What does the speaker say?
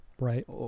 right